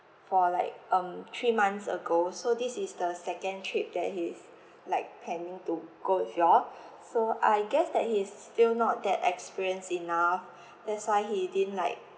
for like um three months ago so this is the second trip that he's like planning to go with you all so I guess that he's still not that experienced enough that's why he didn't like